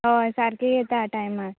होय सारकी येता टायमार